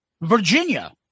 Virginia